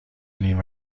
نیم